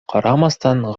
карамастан